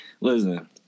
listen